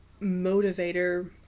motivator